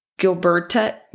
Gilberta